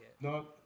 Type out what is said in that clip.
No